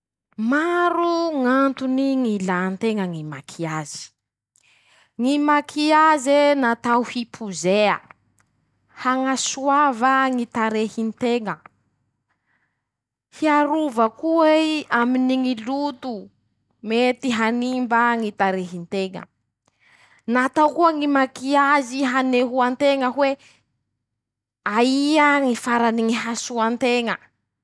Maro ñ'antony ñ'ilà nteña ñy makiazy: -Ñy makiaze natao hipozea, hañasoava ñy tarehy nteña. -Hiarova koa ii aminy ñy loto mety hanimba ñy tarehy nteña. -Natao koa ñy makiazy hanehoanteña hoe: aia ñy farany hasoa nteña.